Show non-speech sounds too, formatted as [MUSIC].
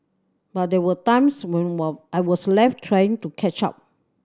but there were times when [UNINTELLIGIBLE] I was left trying to catch up